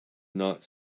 not